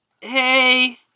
Hey